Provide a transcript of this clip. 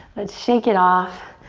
let's shake it off.